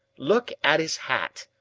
look at his hat.